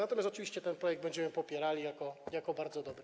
Natomiast oczywiście ten projekt będziemy popierali jako bardzo dobry.